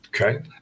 Okay